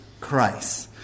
Christ